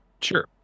Sure